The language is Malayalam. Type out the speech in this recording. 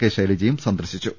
കെ ശൈലജയും സന്ദർശിച്ചു